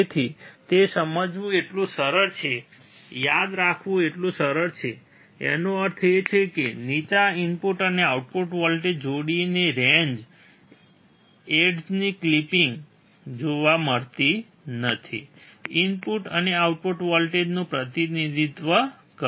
તેથી તે સમજવું એટલું સરળ છે યાદ રાખવું એટલું સરળ છે તેનો અર્થ એ કે નીચે ઇનપુટ અને આઉટપુટ વોલ્ટેજ જોડીઓની રેંજ ઍજની ક્લિપિંગ જોવા મળતી નથી ઇનપુટ અને આઉટપુટ વોલ્ટેજનું પ્રતિનિધિત્વ કરે છે